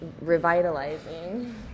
revitalizing